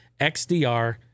XDR